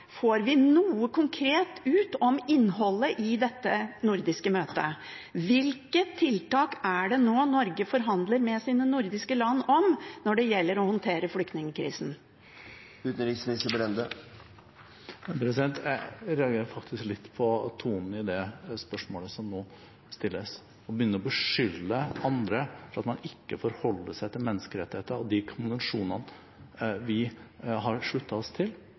får vi noe konkret ut om innholdet i dette nordiske møtet. Hvilke tiltak er det nå Norge forhandler med de nordiske land om når det gjelder å håndtere flyktningkrisen? Jeg reagerer faktisk litt på tonen i det spørsmålet som nå stilles. Å begynne å beskylde andre for at man ikke forholder seg til menneskerettighetene og de konvensjonene vi har sluttet oss til,